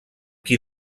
qui